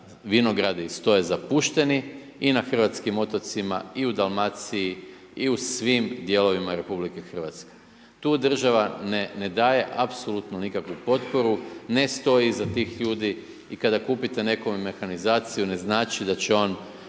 vinogradi stoje zapušteni i na hrvatskim otocima i u Dalmaciji i u svim dijelovima RH. Tu država ne daje apsolutno nikakvu potporu, ne stoji iza tih ljudi. I kada kupite neku mehanizaciju ne znači da će on